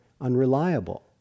unreliable